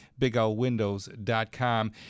BigLWindows.com